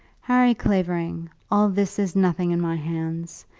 harry clavering, all this is nothing in my hands.